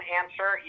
answer